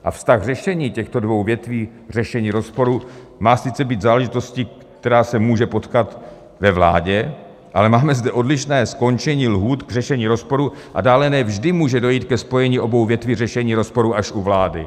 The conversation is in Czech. Vztah řešení těchto dvou větví řešení rozporů má sice být záležitostí, která se může potkat ve vládě, ale máme zde odlišné skončení lhůt k řešení rozporů a dále ne vždy může dojít ke spojení obou větví řešení rozporů až u vlády.